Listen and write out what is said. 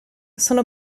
sono